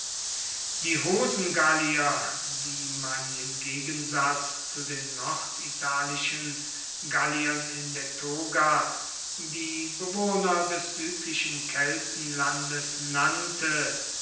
die hosengallier wie man im gegensatz zu den norditalischen galliern in der toga die bewohner des südlichen keltenlandes nannte